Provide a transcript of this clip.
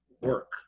work